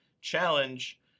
Challenge